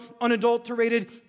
unadulterated